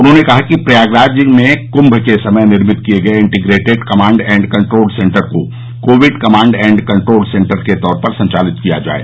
उन्होंने कहा कि प्रयागराज में कृंभ के समय निर्मित किये गये integrated command and control centre को Covid command and control centre के तौर पर संचालित किया जाये